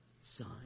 Son